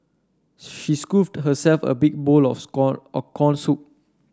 she scooped herself a big bowl of score of corn soup